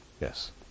Yes